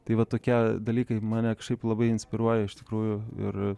tai va tokie dalykai mane kažkaip labai inspiruoja iš tikrųjų ir